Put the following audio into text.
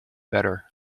better